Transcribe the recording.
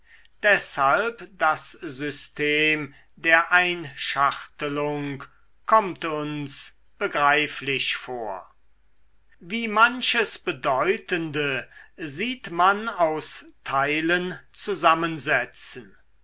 deshalb das system der einschachtelung kommt uns begreiflich vor wie manches bedeutende sieht man aus teilen zusammensetzen